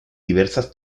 diversas